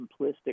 simplistic